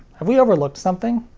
have we overlooked something?